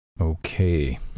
Okay